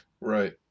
right